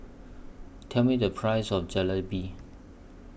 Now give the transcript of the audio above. Tell Me The Price of Jalebi